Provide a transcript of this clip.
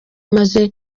maze